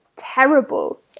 Terrible